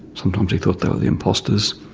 sometimes he thought they were the imposters,